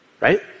right